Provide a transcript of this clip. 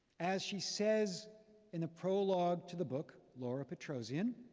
as she says in the prologue to the book, laura petrosian,